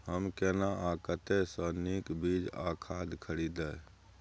हम केना आ कतय स नीक बीज आ खाद खरीदे?